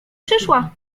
przyszła